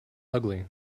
ugly